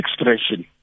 expression